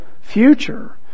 future